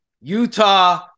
Utah